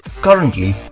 Currently